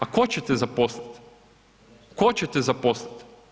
A tko će te zaposliti, tko će te zaposliti?